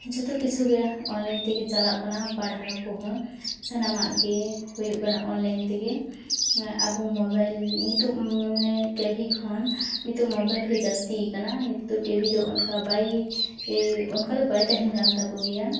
ᱡᱚᱛᱚ ᱠᱤᱪᱷᱩᱜᱮ ᱚᱱᱞᱟᱭᱤᱱ ᱛᱮᱜᱮ ᱪᱟᱞᱟᱣᱚᱜ ᱠᱟᱱᱟ ᱯᱟᱲᱦᱟᱣ ᱠᱚᱦᱚᱸ ᱥᱟᱱᱟᱢᱟᱜ ᱜᱮ ᱦᱩᱭᱩᱜ ᱠᱟᱱᱟ ᱚᱱᱞᱟᱭᱤᱱ ᱛᱮᱜᱮ ᱟᱵᱚ ᱢᱚᱵᱟᱭᱤᱞ ᱱᱤᱛᱚᱜ ᱴᱮ ᱵᱷᱤ ᱠᱷᱚᱱ ᱱᱤᱛᱚᱜ ᱢᱚᱵᱟᱭᱤᱞᱜᱮ ᱡᱟᱹᱥᱛᱤᱭᱟᱠᱟᱱᱟ ᱱᱤᱛᱚᱜ ᱴᱮ ᱵᱷᱤ ᱫᱚ ᱚᱱᱠᱟ ᱵᱟᱭ ᱚᱱᱠᱟᱫᱚ ᱵᱟᱭ ᱛᱟᱦᱮᱱ ᱠᱟᱱ ᱛᱟᱠᱚ ᱜᱮᱭᱟ